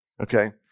okay